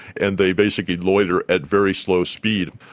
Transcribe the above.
and they basically loiter at very slow speed,